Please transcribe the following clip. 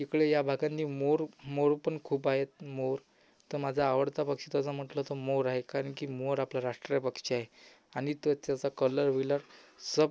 इकडे या भागातून मोर मोर पण खूप आहेत मोर तर माझा आवडता पक्षी तसं म्हटलं तर मोर आहे कारण की मोर आपला राष्ट्रीय पक्षी आहे आणि त त्याचा कलर विलर सब